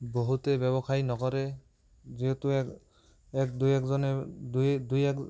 বহুতে ব্য়ৱসায় নকৰে যিহেতু এক এক দুই একজনে দুই দুই এক